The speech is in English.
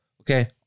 Okay